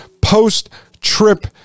post-trip